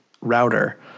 router